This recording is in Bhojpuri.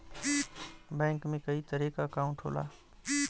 बैंक में कई तरे क अंकाउट होला